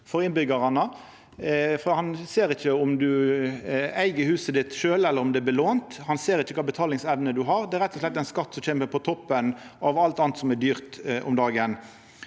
for innbyggjarane. Han ser ikkje om du eig huset ditt sjølv eller om det er teke opp lån på, han ser ikkje kva betalingsevne du har – det er rett og slett ein skatt som kjem på toppen av alt anna som er dyrt om dagen.